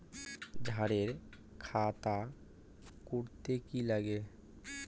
ঋণের খাতা করতে কি লাগে?